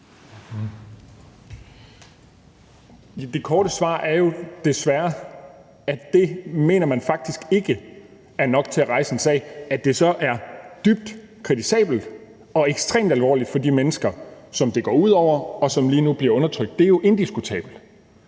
Det korte svar er jo desværre, at det mener man faktisk ikke er nok til at rejse en sag. At det så er dybt kritisabelt og ekstremt alvorligt for de mennesker, som det går ud over, og som lige nu bliver undertrykt, er jo indiskutabelt.